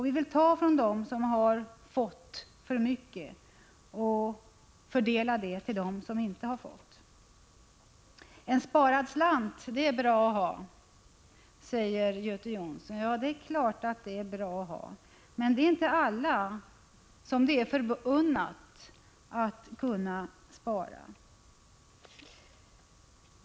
Vi vill ta från dem som har fått för mycket och fördela det till dem som inte har fått. En sparad slant är bra att ha, sade Göte Jonsson. Ja, det är klart. Men det är inte alla förunnat att kunna spara.